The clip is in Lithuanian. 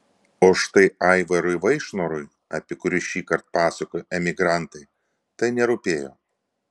o štai aivarui vaišnorui apie kurį šįkart pasakoja emigrantai tai nerūpėjo